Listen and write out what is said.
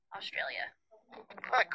Australia